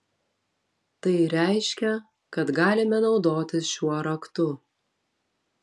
tai reiškia kad galime naudotis šiuo raktu